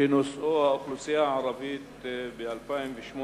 שנושאו האוכלוסייה הערבית ב-2008,